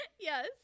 Yes